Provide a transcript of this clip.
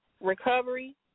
recovery